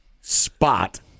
Spot